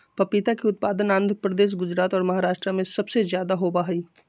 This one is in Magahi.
पपीता के उत्पादन आंध्र प्रदेश, गुजरात और महाराष्ट्र में सबसे ज्यादा होबा हई